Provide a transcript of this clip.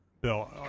Bill